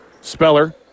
Speller